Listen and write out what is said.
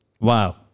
Wow